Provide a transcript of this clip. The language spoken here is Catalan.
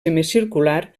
semicircular